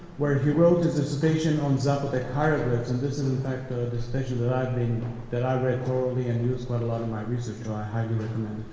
where he wrote his dissertation on zapotec hieroglyphs and this is in fact, ah a dissertation that i mean that i read thoroughly, and use quite a lot in my research so i highly recommend